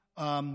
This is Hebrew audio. הזאת.